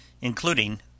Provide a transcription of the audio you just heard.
including